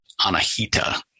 Anahita